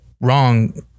wrong